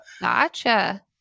Gotcha